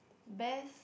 best